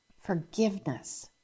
forgiveness